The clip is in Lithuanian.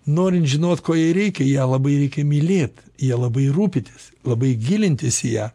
norint žinot ko jai reikia ją labai reikia mylėt ja labai rūpintis labai gilintis į ją